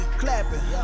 clapping